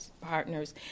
partners